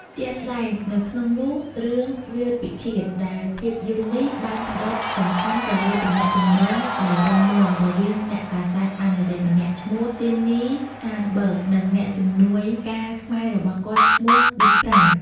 ជាក់ស្តែងនៅក្នុងនោះ រឿង វាលពិឃាត ដែលភាពយន្តនេះបានផ្តោតសំខាន់ទៅលើទំនាក់ទំនងដ៏រឹងមាំរវាងអ្នកកាសែតអាមេរិកម្នាក់ឈ្មោះ ស៊ីដនី សានបឺក និងអ្នកជំនួយការខ្មែររបស់គាត់ឈ្មោះ ឌីត ប្រាន់។